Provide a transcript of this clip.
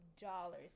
dollars